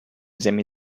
them